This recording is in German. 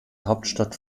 hauptstadt